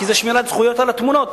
כי זה, שמירת זכויות על התמונות.